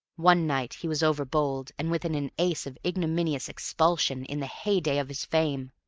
one night he was over-bold, and within an ace of ignominious expulsion in the hey-day of his fame.